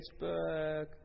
facebook